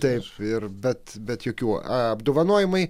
taip ir bet bet jokių apdovanojimai